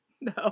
No